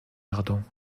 ardent